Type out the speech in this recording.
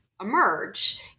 emerge